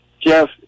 Jeff